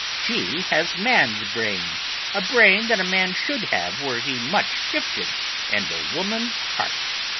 she has man's brain a brain that a man should have were he much gifted and a woman's heart.